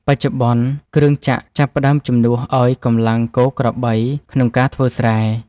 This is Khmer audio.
បច្ចុប្បន្ន គ្រឿងចក្រចាប់ផ្ដើមជំនួសឱ្យកម្លាំងគោក្របីក្នុងការធ្វើស្រែ។